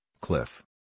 Cliff